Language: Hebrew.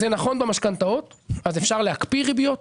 זה נכון במשכנתאות, אז אפשר להקפיא ריביות,